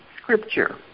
scripture